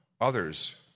others